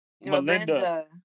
Melinda